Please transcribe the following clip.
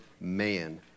man